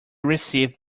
received